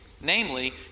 namely